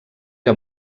era